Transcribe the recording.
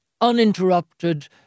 uninterrupted